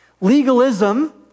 legalism